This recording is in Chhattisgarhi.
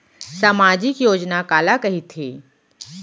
सामाजिक योजना काला कहिथे?